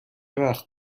وقت